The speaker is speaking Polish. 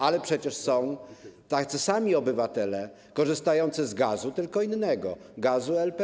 Ale przecież są tacy sami obywatele korzystający z gazu, tylko innego - gazu LPG.